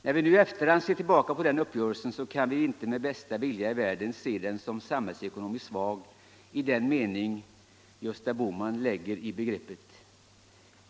När vi nu i efterhand ser tillbaka på den uppgörelsen kan vi inte med bästa vilja i världen beteckna den som samhällsekonomiskt svag i den mening Gösta Bohman lägger in i begreppet.